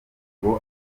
ngo